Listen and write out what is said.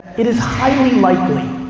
it is highly likely,